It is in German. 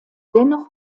dennoch